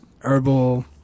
herbal